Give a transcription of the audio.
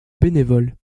bénévoles